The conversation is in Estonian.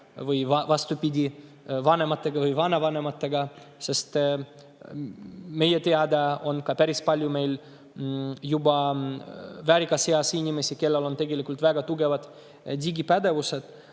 või, vastupidi, vanemate või vanavanematega. Meie teada on meil ka päris palju väärikas eas inimesi, kellel on tegelikult väga tugevad digipädevused.